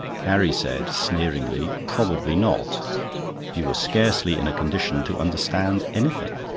carrie said sneeringly probably not you were scarcely in a condition to understand anything.